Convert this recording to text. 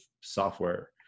software